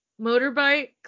motorbikes